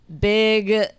big